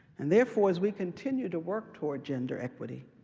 and therefore, as we continue to work toward gender equity,